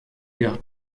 cœur